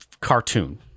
cartoon